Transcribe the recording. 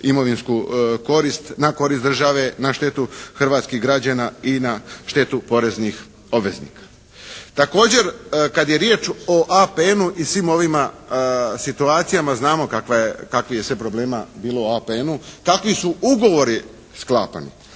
imovinsku korist na korist države, na štetu hrvatskih građana i na štetu poreznih obveznika. Također, kad je riječ o APN-u i svim ovim situacijama znamo kakvih je sve problema bilo u APN-u, kakvi su ugovori sklapani.